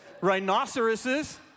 Rhinoceroses